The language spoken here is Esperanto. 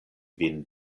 vin